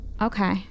Okay